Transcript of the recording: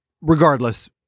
Regardless